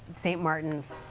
saint martin's,